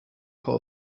call